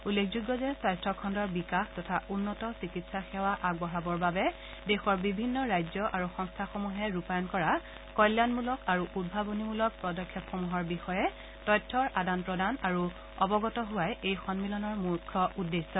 উল্লেখযোগ্য যে স্বাস্থ্য খণ্ডৰ বিকাশ তথা উন্নত চিকিৎসা সেৱা আগবঢ়াবৰ বাবে দেশৰ বিভিন্ন ৰাজ্য আৰু সংস্থাসমূহে ৰূপায়ণ কৰা কল্যাণমূলক আৰু উদ্ভাৱণীমূলক পদক্ষেপসমূহৰ বিষয়ে তথ্যৰ আদান প্ৰদান আৰু অৱগত হোৱাই এই সমিলনৰ মুখ্য উদ্দেশ্য